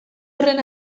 horren